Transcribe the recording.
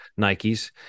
nikes